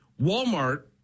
Walmart